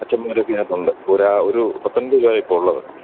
അച്ചന്മാരൊക്കെയിതിനകത്തുണ്ട് ഒരാ ഒരു പത്തൊൻപത് പേരായിപ്പോഴുള്ളത്